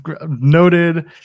noted